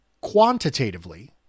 quantitatively